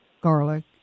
garlic